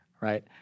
right